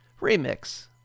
remix